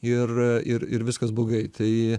ir ir ir viskas blogai tai